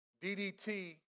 DDT